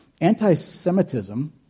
anti-Semitism